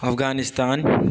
Afghanistan